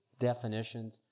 definitions